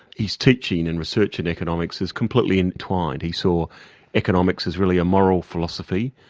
his teaching and research in economics, as completely entwined. he saw economics as really a moral philosophy,